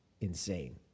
insane